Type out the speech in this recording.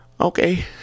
okay